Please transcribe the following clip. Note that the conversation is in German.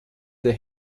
der